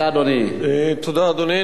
אדוני, תודה רבה.